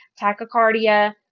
tachycardia